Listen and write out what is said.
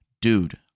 dude